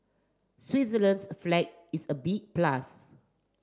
Switzerland's flag is a big plus